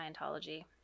Scientology